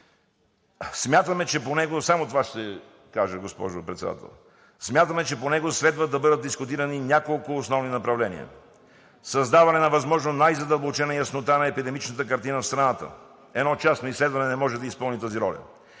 Председател, следва да бъдат дискутирани няколко основни направления: създаване на възможно най-задълбочена яснота на епидемичната картина в страната – едно частно изследване не може да изпълни тази роля;